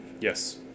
Yes